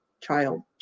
child